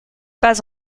pas